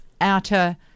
outer